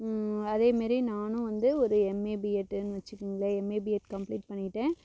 அதேமாரி நானும் வந்து ஒரு எம்ஏ பிஎட்டுன்னு வச்சுக்கங்களேன் எம்ஏ பிஎட் கம்ப்ளீட் பண்ணிவிட்டேன்